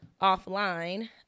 offline